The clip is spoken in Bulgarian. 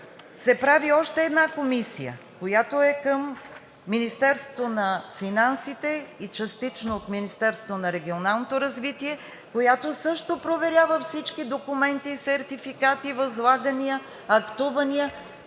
се прави още една комисия, която е към Министерството на финансите и частично от Министерството на регионалното развитие, която също проверява всички документи, сертификати, възлагания, актувания